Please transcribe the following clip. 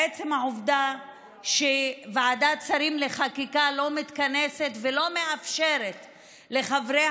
בעצם העובדה שוועדת שרים לחקיקה לא מתכנסת ולא מאפשרת לחברי